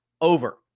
over